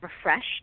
refreshed